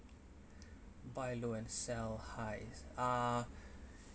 buy low and sell high ah